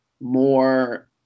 more